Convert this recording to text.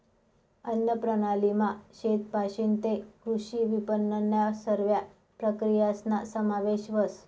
अन्नप्रणालीमा शेतपाशीन तै कृषी विपनननन्या सरव्या प्रक्रियासना समावेश व्हस